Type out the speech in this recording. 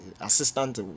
assistant